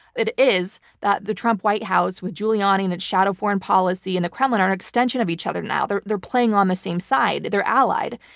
it is that the trump white house with giuliani and shadow foreign policy in the kremlin are an extension of each other now. they're they're playing on the same side they're allied.